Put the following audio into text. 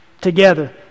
Together